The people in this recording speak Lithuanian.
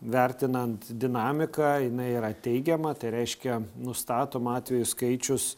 vertinant dinamiką jinai yra teigiama tai reiškia nustatomų atvejų skaičius